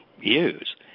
use